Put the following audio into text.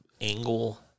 angle